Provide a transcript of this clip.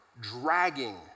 dragging